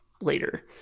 later